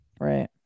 Right